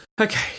Okay